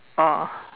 oh